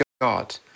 God